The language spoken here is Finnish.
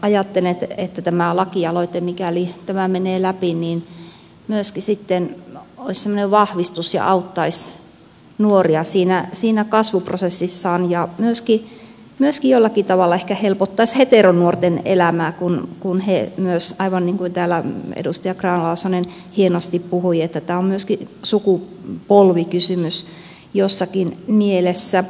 ajattelen että tämä lakialoite mikäli tämä menee läpi myöskin sitten olisi semmoinen vahvistus ja auttaisi nuoria siinä heidän kasvuprosessissaan ja myöskin jollakin tavalla ehkä helpottaisi heteronuorten elämää kun aivan niin kuin täällä edustaja grahn laasonen hienosti puhui tämä on myöskin sukupolvikysymys jossakin mielessä